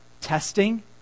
testing